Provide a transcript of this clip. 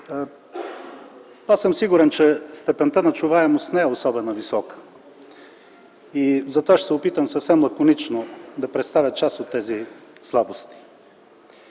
Аз съм сигурен, че степента на чуваемост не е особено висока и затова ще се опитам съвсем лаконично да представя част от тези слабости.